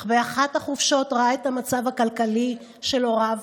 אך באחת החופשות ראה את המצב הכלכלי של הוריו